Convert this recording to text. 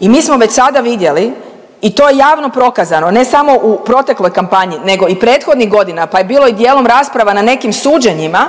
I mi smo već sada vidjeli i to javno prokazano ne samo u protekloj kampanji nego i prethodnih godina pa je bilo i dijelom rasprava na nekim suđenjima